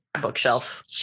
bookshelf